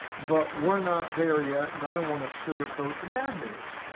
but we're not there yet, and i don't wanna sugarcoat the bad news.